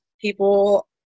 people